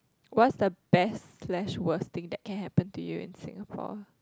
what's the best slash worst thing that can happen to you in Singapore